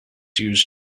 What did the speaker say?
used